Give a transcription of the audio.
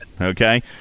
Okay